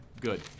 Good